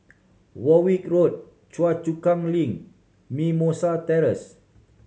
Warwick Road Choa Chu Kang Link Mimosa Terrace